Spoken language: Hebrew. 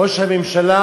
ראש הממשלה,